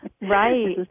Right